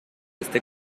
este